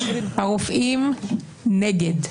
הרופאים נגד,